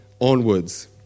onwards